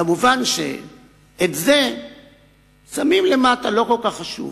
כמובן, את זה שמים למטה, לא כל כך חשוב.